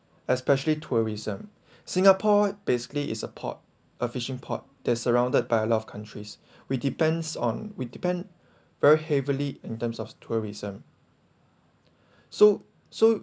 especially tourism singapore basically is port a fishing port that surrounded by a lot of countries we depends on we depend very heavily in terms of tourism so so